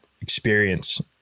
experience